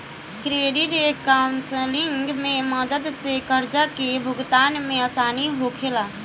credit counselling के मदद से कर्जा के भुगतान में आसानी होला